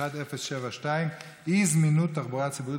מס' 1072: אי-זמינות תחבורה ציבורית